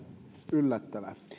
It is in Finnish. yllättävä